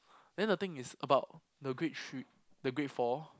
then the thing is about the grade three the grade four